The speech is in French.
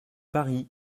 paris